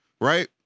right